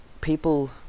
people